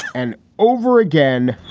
and over again,